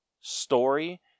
story